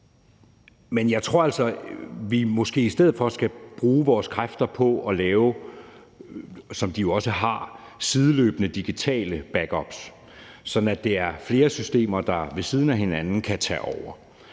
men jeg tror altså, at vi måske i stedet for skal bruge vores kræfter på at lave sideløbende digitale backups – hvilket de jo også har – sådan at det er flere systemer, der ved siden af hinanden kan tage over.